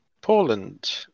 Poland